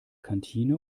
kantine